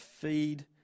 feed